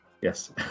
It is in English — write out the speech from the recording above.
yes